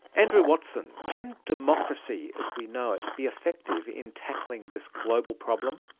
andrew watson, can democracy as we know it be effective in tackling this global problem?